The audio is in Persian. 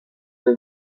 فیلم